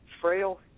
frail